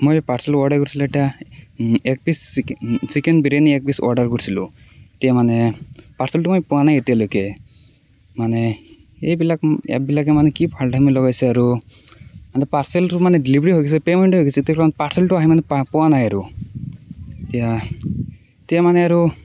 মই parcel order কৰিছিলোঁ এটা এক পিচ চিকেন চিকেন বিৰিয়ানী এক পিচ অৰ্ডাৰ কৰিছিলোঁ এতিয়া মানে পাৰ্চেলটো মই পোৱা নাই এতিয়ালৈকে মানে এইবিলাক এপবিলাকে মানে কি ফাল্টামি লগাইছে আৰু এনে পাৰ্চেলটো মানে ডিলিভাৰী হৈ গৈছে পেমেণ্টো হৈ গৈছে তেতিয়াহ'লে পাৰ্চেলটো আহি মানে পোৱা নাই আৰু এতিয়া এতিয়া মানে আৰু